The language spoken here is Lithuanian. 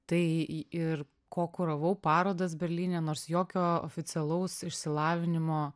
tai ir kokuravau parodas berlyne nors jokio oficialaus išsilavinimo